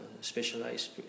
specialized